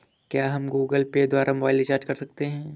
क्या हम Google Pay द्वारा मोबाइल रिचार्ज कर सकते हैं?